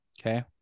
Okay